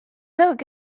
look